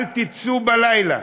אל תצאו בלילה.